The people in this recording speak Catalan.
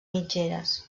mitgeres